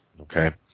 Okay